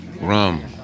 rum